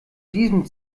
diesem